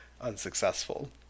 unsuccessful